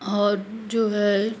और जो है